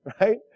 right